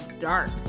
dark